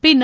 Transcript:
பின்னர்